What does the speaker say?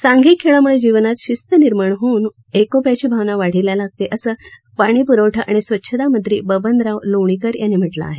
सांघिक खेळामुळे जीवनात शिस्त निर्माण होवून एकोप्याची भावना वाढीला लागते असं पाणीपुरवठा आणि स्वच्छता मंत्री बबनराव लोणीकर यांनी म्हटलं आहे